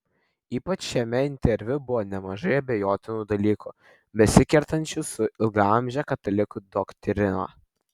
ypač šiame interviu buvo nemažai abejotinų dalykų besikertančių su ilgaamže katalikų doktrina